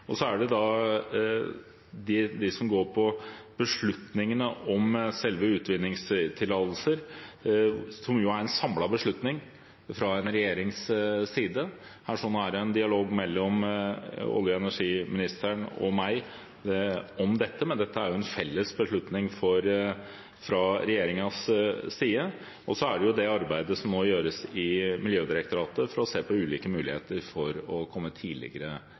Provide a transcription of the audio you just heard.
og så er det det som går på beslutningen om selve utvinningstillatelsene, som jo er en samlet beslutning fra regjeringens side. Det er en dialog mellom olje- og energiministeren og meg om dette, men dette er en felles beslutning fra regjeringens side. I tillegg er det det arbeidet som nå gjøres i Miljødirektoratet med å se på ulike muligheter for å komme tidligere